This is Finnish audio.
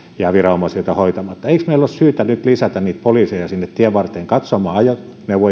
jäävät viranomaisilta hoitamatta että eikö meillä ole syytä nyt lisätä niitä poliiseja sinne tien varteen katsomaan ajoneuvojen